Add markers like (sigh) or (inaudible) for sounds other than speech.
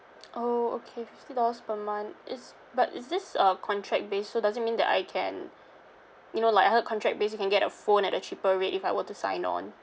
(noise) oh okay fifty dollars per month is but is this uh contract based so does it mean that I can you know like I heard contract based you can get a phone at a cheaper rate if I were to sign on